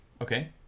Okay